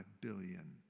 billion